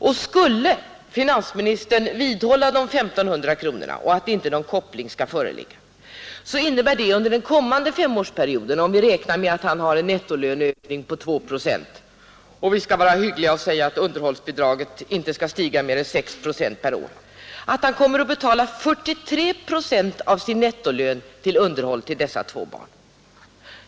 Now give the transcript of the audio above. Och skulle finansministern vidhålla vad han sagt om de 1 500 kronorna och att ingen. koppling skall föreligga innebär det under den kommande femårsperioden, om vi räknar med att vederbörande har en nettolöneökning på 2 procent och är hyggliga och säger att underhållsbidraget inte skall stiga med mer än 6 procent per år, att denna person kommer att betala 43 procent av sin nettolön i underhåll till dessa två barn.